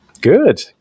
Good